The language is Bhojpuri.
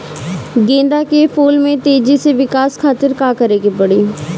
गेंदा के फूल में तेजी से विकास खातिर का करे के पड़ी?